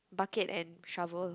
bucket and shovel